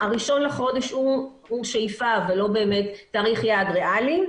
ה-1 לחודש הוא שאיפה ולא באמת צריך יעד ריאלי.